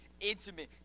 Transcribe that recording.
intimate